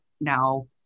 now